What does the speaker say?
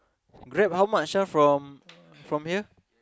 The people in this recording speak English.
Grab how much ah from from here